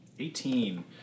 Eighteen